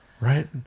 Right